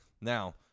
Now